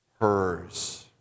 her's